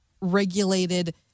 regulated